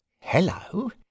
Hello